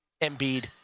Embiid